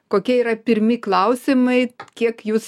kokie yra pirmi klausimai kiek jūs